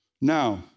Now